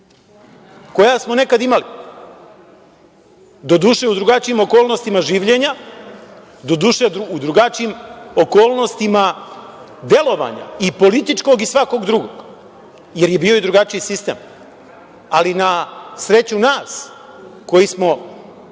koja smo nekada imali, doduše u drugačijim okolnostima življenja, doduše u drugačijim okolnostima delovanja i političkog i svakog drugog jer je bio i drugačiji sistem? Ali, na sreću nas koji smo